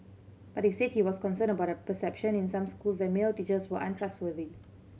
but he said he was concerned about a perception in some schools that male teachers were untrustworthy